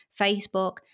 Facebook